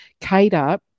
cater